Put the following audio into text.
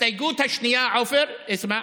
בהסתייגות השנייה, עופר, אסמע,